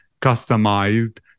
customized